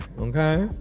okay